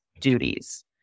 duties